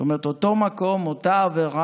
זאת אומרת אותו מקום, אותה עבירה,